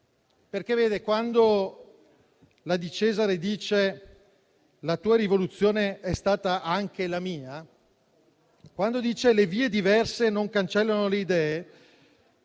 cittadini. Quando la Di Cesare dice «la tua rivoluzione è stata anche la mia»; quando dice «le vie diverse non cancellano le idee»,